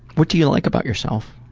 what do you like about yourself?